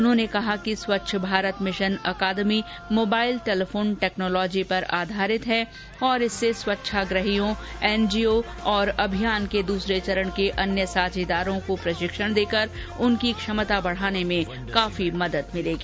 उन्होंने कहा कि खेच्छ Bharat mission academy mobile telephone technology पर आधारित है और इससे स्वच्छाग्रहियों एनजीओ और अभियान के दूसरे चरण के अन्य साझेदारों को प्रशिक्षण देकर उनकी क्षमता बढ़ाने में काफी मदद मिलेगी